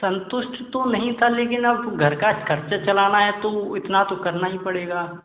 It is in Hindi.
संतुष्ट तो नहीं था लेकिन अब घर का ख़र्चा चलाना है तो इतना तो करना ही पड़ेगा